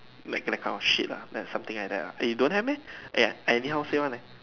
making account shit lah that something like that eh you don't have meh eh I anyhow say want eh